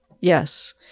Yes